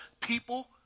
people